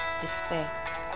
despair